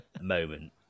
moment